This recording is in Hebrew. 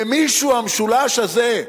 למישהו המשולש הזה,